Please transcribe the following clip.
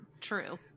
True